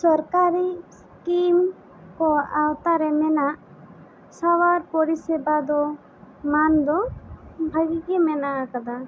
ᱥᱚᱨᱠᱟᱨᱤ ᱤᱥᱠᱤᱢ ᱠᱚ ᱟᱶᱛᱟ ᱨᱮ ᱢᱮᱱᱟᱜ ᱥᱟᱶᱟᱨ ᱯᱚᱨᱤᱥᱮᱵᱟ ᱫᱚ ᱢᱟᱱ ᱫᱚ ᱵᱷᱟᱜᱮ ᱜᱮ ᱢᱮᱱᱟᱜ ᱟᱠᱟᱫᱟ